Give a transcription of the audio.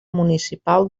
municipal